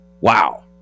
wow